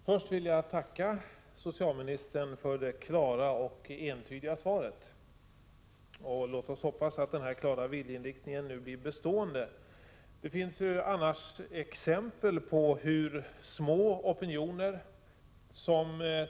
Den senaste tidens debatt om dödshjälp har oroat många handikappade. De känner sitt liv ifrågasatt.